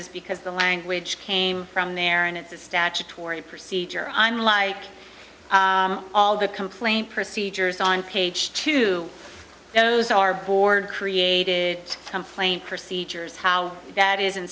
is because the language came from there and it's a statutory procedure i'm like all the complaint procedures on page two those are board created complaint procedures how that isn't